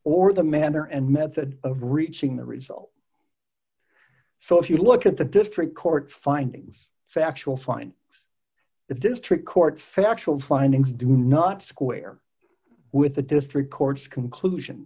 or the manner and method of reaching the result so if you look at the district court findings factual find if district court factual findings do not square with the district court's conclusion